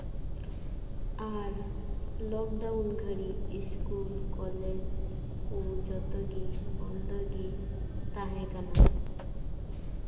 ᱟᱨ lockdown ᱜᱷᱟᱹᱲᱤᱡ school college ᱠᱚ ᱡᱚᱛᱚ ᱜᱮ ᱵᱚᱱᱫᱚ ᱜᱮ ᱛᱟᱦᱮᱸᱠᱟᱱᱟ